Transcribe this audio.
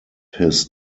his